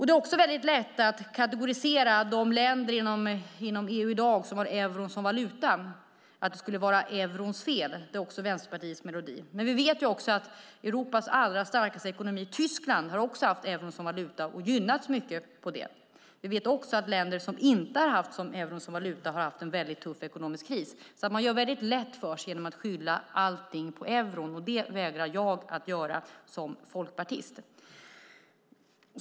Det är också väldigt lätt att kategorisera de länder inom EU som i dag har euron som valuta och säga att det skulle vara eurons fel. Även det är Vänsterpartiets melodi. Men vi vet att också Europas allra starkaste ekonomi, Tyskland, har haft euron som valuta och gynnats mycket av det. Vi vet också att länder som inte har haft euron som valuta har haft en väldigt tuff ekonomisk kris. Man gör det väldigt lätt för sig genom att skylla allting på euron. Det vägrar jag att göra som folkpartist.